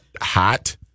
hot